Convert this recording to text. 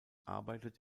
arbeitet